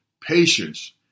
patience